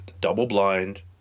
double-blind